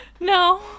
No